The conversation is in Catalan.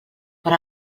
per